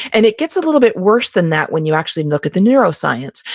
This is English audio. and it gets a little bit worse than that when you actually look at the neuroscience.